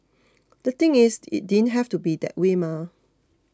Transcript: the thing is it didn't have to be that way mah